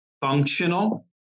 functional